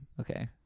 Okay